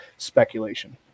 speculation